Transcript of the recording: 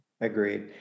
agreed